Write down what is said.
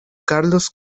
carlos